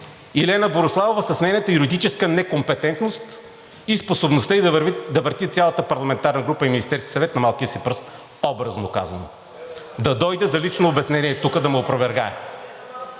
Лена Бориславова с нейната юридическа некомпетентност и способността ѝ да върти цялата парламентарна група и Министерския съвет на малкия си пръст, образно казано. Да дойде за лично обяснение, да ме опровергае.